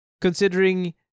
considering